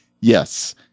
yes